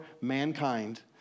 mankind